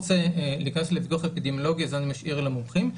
להיכנס לדוח האפידמיולוגי אז אני משאיר למומחים.